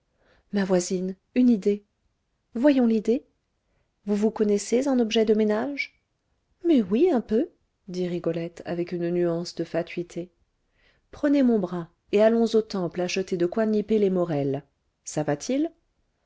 ma voisine une idée voyons l'idée vous vous connaissez en objets de ménage mais oui un peu dit rigolette avec une nuance de fatuité prenez mon bras et allons au temple acheter de quoi nipper les morel ça va-t-il